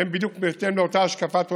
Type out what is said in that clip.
הם בדיוק בהתאם לאותה השקפת עולם,